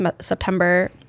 September